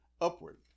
upward